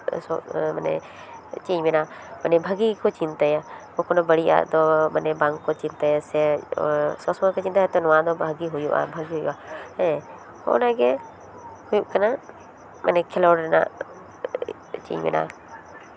ᱢᱟᱱᱮ ᱪᱮᱫ ᱤᱧ ᱢᱮᱱᱟ ᱢᱟᱱᱮ ᱵᱷᱟᱹᱜᱤ ᱜᱮᱠᱚ ᱪᱤᱱᱛᱟᱹᱭᱟ ᱠᱚᱠᱷᱚᱱᱳ ᱵᱟᱹᱲᱤᱡᱟᱜ ᱫᱚ ᱢᱟᱱᱮ ᱵᱟᱝ ᱠᱚ ᱪᱤᱱᱛᱟᱹᱭᱟ ᱥᱮ ᱥᱚᱵᱽ ᱥᱚᱢᱚᱭ ᱠᱚ ᱪᱤᱱᱛᱟᱹᱭᱟ ᱛᱚ ᱱᱚᱣᱟ ᱫᱚ ᱵᱷᱟᱹᱜᱤ ᱦᱩᱭᱩᱜᱼᱟ ᱵᱷᱟᱹᱜᱤᱜᱼᱟ ᱦᱮᱸ ᱱᱚᱣᱟ ᱜᱮ ᱦᱩᱭᱩᱜ ᱠᱟᱱᱟ ᱢᱟᱱᱮ ᱠᱷᱮᱞᱳᱰ ᱨᱮᱱᱟᱜ ᱪᱮᱫ ᱤᱧ ᱢᱮᱱᱟ